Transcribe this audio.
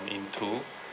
into